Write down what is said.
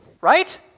Right